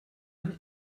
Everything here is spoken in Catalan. any